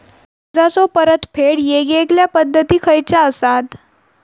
कर्जाचो परतफेड येगयेगल्या पद्धती खयच्या असात?